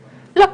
לא.